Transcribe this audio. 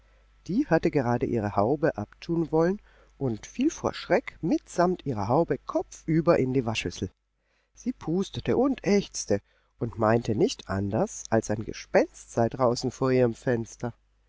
die hatte gerade ihre haube abtun wollen und fiel vor schreck mitsamt ihrer haube kopfüber in die waschschüssel sie pustete und ächzte und meinte nicht anders als ein gespenst sei draußen vor ihrem fenster